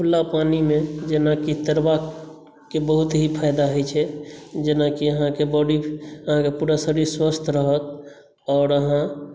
खुला पानीमे जेनाकि तैरबाकके बहुत ही फायदा होइ छै जेनाकि आहाँके बॉडी आहाँके पूरा शरीर स्वस्थ रहत आओर आहाँ